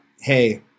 hey